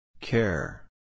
Care